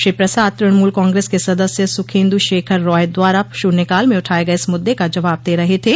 श्री प्रसाद तृणमूल कांग्रस के सदस्य सुखेन्दु शेखर रॉय द्वारा शुन्यकाल में उठाये गये इस मददे का जवाब दे रहे थे